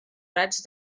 raig